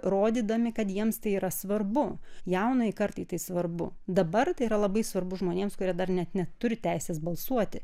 rodydami kad jiems tai yra svarbu jaunajai kartai tai svarbu dabar tai yra labai svarbu žmonėms kurie dar net neturi teisės balsuoti